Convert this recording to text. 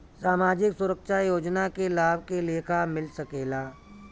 सामाजिक सुरक्षा योजना के लाभ के लेखा मिल सके ला?